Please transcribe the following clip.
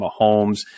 Mahomes